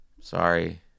sorry